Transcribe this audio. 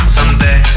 Someday